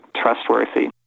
trustworthy